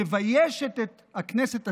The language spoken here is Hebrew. שמביישת את הכנסת עצמה,